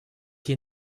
hier